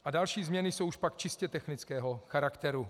A další změny jsou pak už čistě technického charakteru.